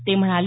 ते म्हणाले